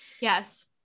yes